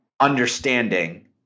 understanding